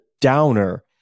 downer